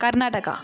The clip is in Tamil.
கர்நாடகா